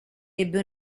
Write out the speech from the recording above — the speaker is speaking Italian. ebbe